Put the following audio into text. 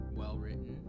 well-written